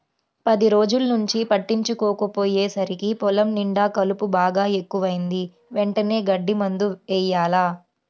పది రోజుల్నుంచి పట్టించుకోకపొయ్యేసరికి పొలం నిండా కలుపు బాగా ఎక్కువైంది, వెంటనే గడ్డి మందు యెయ్యాల